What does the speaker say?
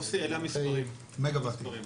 במונחי מגה וואט.